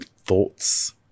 thoughts